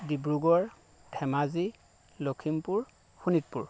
Dibrugarh Dhemaji Lakhimpur Sonitpur